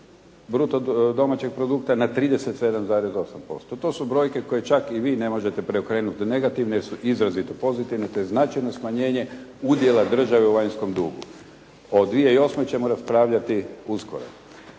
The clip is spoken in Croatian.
bruto domaćeg produkta na 37,8%. To su brojke koje čak i vi ne možete preokrenuti u negativne jer su izrazito pozitivne te značajno smanjenje udjela države u vanjskom dugu, o 2008. ćemo raspravljati uskoro.